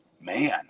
man